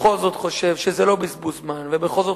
בכל זאת חושב שזה לא בזבוז זמן ובכל זאת